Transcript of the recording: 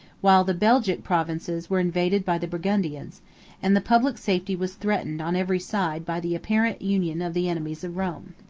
while the belgic provinces were invaded by the burgundians and the public safety was threatened on every side by the apparent union of the enemies of rome.